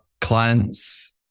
clients